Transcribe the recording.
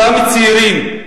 אותם צעירים,